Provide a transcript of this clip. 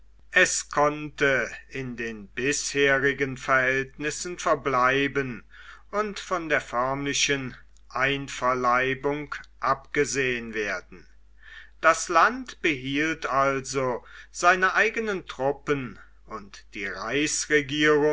es konnte in den bisherigen verhältnissen verbleiben und von der förmlichen einverleibung abgesehen werden das land behielt also seine eigenen truppen und die